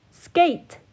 skate